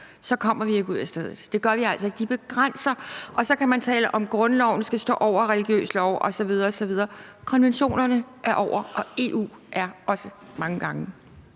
er, kommer vi ikke ud af stedet. Det gør vi altså ikke. De begrænser. Og så kan man tale om, om grundloven skal stå over religiøs lov osv. osv. Konventionerne er over, og EU er også mange gange.